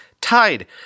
tied